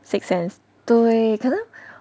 sixth sense 对可能